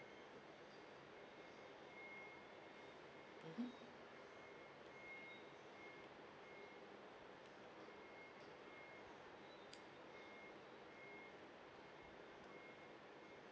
mmhmm